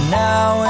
now